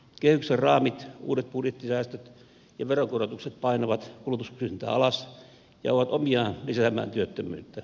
kehyksen raamit uudet budjettisäästöt ja veronkorotukset painavat kulutuskysyntää alas ja ovat omiaan lisäämään työttömyyttä